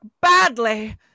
badly